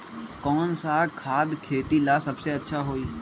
कौन सा खाद खेती ला सबसे अच्छा होई?